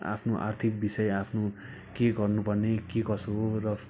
आफ्नो आर्थिक विषय आफ्नो के गर्नुपर्ने के कसो हो र